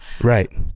Right